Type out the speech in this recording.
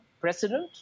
president